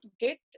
get